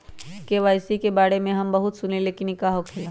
KYC के बारे में हम बहुत सुनीले लेकिन इ का होखेला?